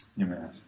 Amen